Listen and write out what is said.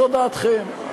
זו דעתכם,